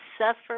suffer